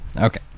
Okay